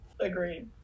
Agreed